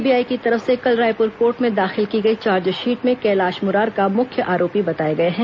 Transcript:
CBI की तरफ से कल रायपुर कोर्ट में दाखिल की गई चार्जशीट में कैलाश मुरारका मुख्य आरोपी बताए गए हैं